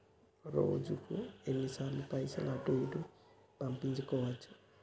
రోజుకు ఎన్ని సార్లు పైసలు అటూ ఇటూ పంపించుకోవచ్చు?